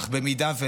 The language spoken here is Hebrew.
אך אם לא,